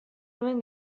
nuen